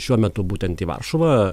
šiuo metu būtent į varšuvą